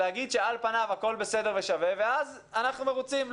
להגיד שעל פניו הכל בסדר ושווה ואז אנחנו מרוצים.